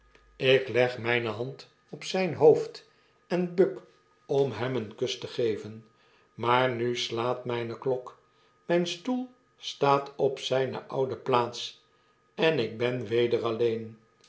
jk leg mijne hand op zijn hoofd en buk om hem een kus te geven maar nu slaat mijne klok mijn stoel staat op zijne oude plaats en ik ben weder alleen